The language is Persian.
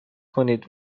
کنید